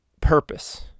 Purpose